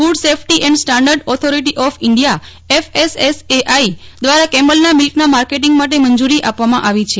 food safety and standard authority of India દવારા કેમલના મિલ્કના માર્કેટીગ માટ મંજૂરી આપવામા આવી છે